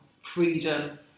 freedom